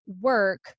work